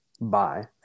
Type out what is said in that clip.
Bye